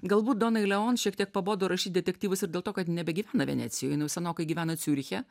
galbūt donai leon šiek tiek pabodo rašyt detektyvus ir dėl to kad nebegyvena venecijoj jinai jau senokai gyvena ciuriche